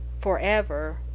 forever